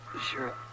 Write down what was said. Sure